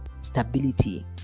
stability